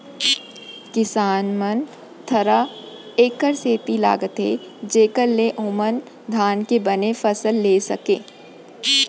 किसान मन थरहा एकर सेती लगाथें जेकर ले ओमन धान के बने फसल लेय सकयँ